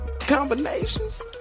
combinations